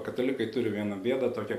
katalikai turi vieną bėdą tokią